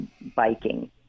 biking